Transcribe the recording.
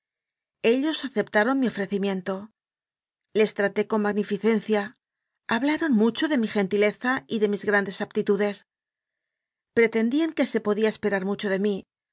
ellos aceptaron mi ofrecimiento les traté con magnificencia hablaron mucho de mi gentileza y de mis grandes aptitudes pretendían que se podía esperar mucho de mí